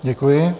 Děkuji.